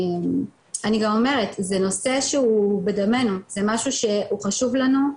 אני גם אומרת זה נושא בדמנו זה משהו שהוא חשוב לנו,